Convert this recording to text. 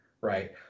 right